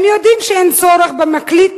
הם יודעים שאין צורך במקליט,